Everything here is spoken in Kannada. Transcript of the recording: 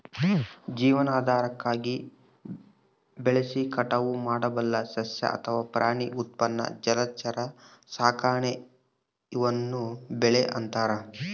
ಜೀವನಾಧಾರಕ್ಕಾಗಿ ಬೆಳೆಸಿ ಕಟಾವು ಮಾಡಬಲ್ಲ ಸಸ್ಯ ಅಥವಾ ಪ್ರಾಣಿ ಉತ್ಪನ್ನ ಜಲಚರ ಸಾಕಾಣೆ ಈವ್ನ ಬೆಳೆ ಅಂತಾರ